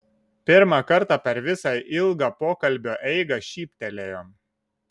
pirmą kartą per visą ilgą pokalbio eigą šyptelėjo